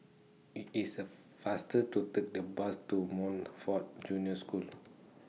IT IS A faster to Take The Bus to Montfort Junior School